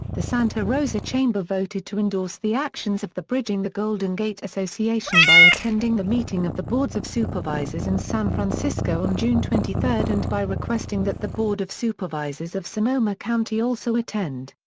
the santa rosa chamber voted to endorse the actions of the bridging the golden gate association by attending the meeting of the boards of supervisors in san francisco on june twenty three and by requesting that the board of supervisors of sonoma county also attend.